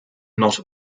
not